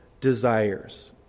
desires